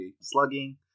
slugging